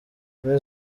muri